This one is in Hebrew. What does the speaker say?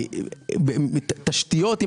בתשתיות,